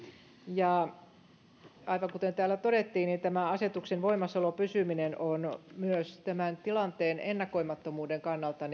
aivan kuten täällä todettiin niin tämän asetuksen voimassaolon pysyminen on myös tämän tilanteen ennakoimattomuuden kannalta